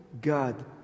God